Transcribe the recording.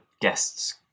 guests